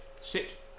Sit